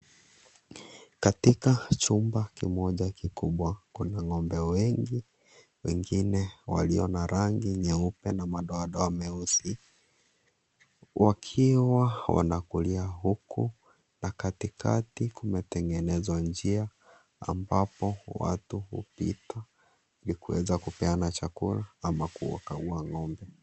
Katika chumba kimoja kikubwa. Kuna Ng`ombe wengi wengine walio na rangi nyeupe na madoadoa meusi. Wakiwa wanakulia huku na katikati kunatengenezwa njia, ambapo watu hupita ili kuweza kupeana chakula ama kuwakagua ng'ombe.